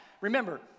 Remember